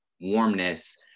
warmness